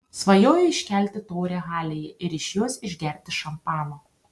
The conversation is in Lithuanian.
svajojau iškelti taurę halėje ir iš jos išgerti šampano